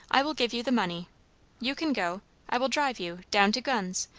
i will give you the money you can go i will drive you down to gunn's,